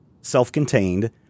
self-contained